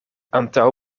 antaŭ